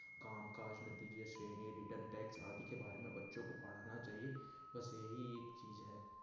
काम काज नतीजे श्रेणी रिटर्न टैक्स आदि के बारे में बच्चों को पढ़ाना चाहिए बस यही एक चीज़ है